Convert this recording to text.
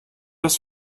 das